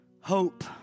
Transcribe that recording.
Hope